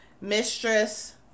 Mistress